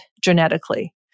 genetically